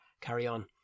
carry-on